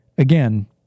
Again